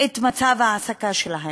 את מצב ההעסקה שלהן.